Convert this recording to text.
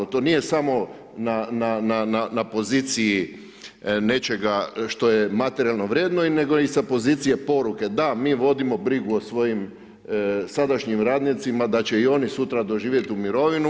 To nije samo na poziciji nečega što je materijalno vrijedno, nego i sa pozicije poruke, da mi vodimo brigu o svojim sadašnjim radnicima, da će i oni sutra doživjeti tu mirovinu.